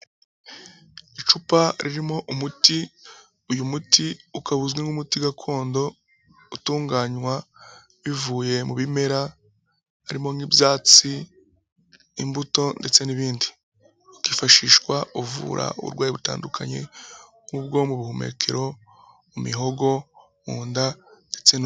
Icupa ririmo umuti, uyu muti ukaba uzwi nk'umuti gakondo utunganywa bivuye mu bimera harimo nk'ibyatsi, imbuto ndetse n'ibindi, kifashishwa uvura uburwayi butandukanye, nk'ubwo mu buhumekero, mu mihogo, mu nda, ndetse no.